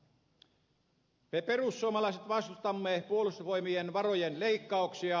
me perussuomalaiset vastustamme puolustusvoimien varojen leikkauksia